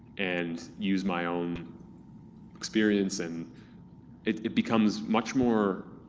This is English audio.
and use my own experience, and it it becomes much more